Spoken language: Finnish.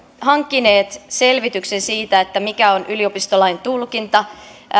hankkineet olli mäenpäältä selvityksen siitä mikä on yliopistolain tulkinta